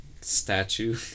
statue